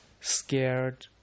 scared